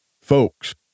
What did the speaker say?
Folks